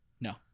No